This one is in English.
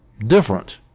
different